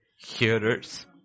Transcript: hearers